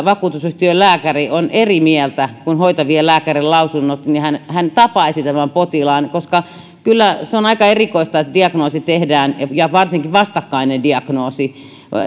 vakuutusyhtiön lääkäri on eri mieltä kuin hoitavien lääkärien lausunnot niin hän hän tapaisi tämän potilaan koska kyllä se on aika erikoista että diagnoosi tehdään ja varsinkin vastakkainen diagnoosi